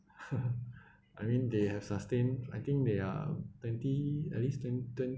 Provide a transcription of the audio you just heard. I mean they have sustained I think they are twenty at least twen~ twen~